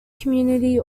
community